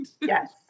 Yes